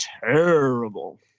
terrible